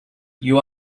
you